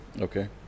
Okay